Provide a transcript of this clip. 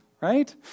right